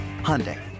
Hyundai